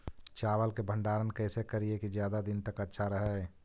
चावल के भंडारण कैसे करिये की ज्यादा दीन तक अच्छा रहै?